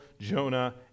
Jonah